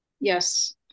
Yes